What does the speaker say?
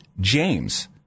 James